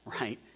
right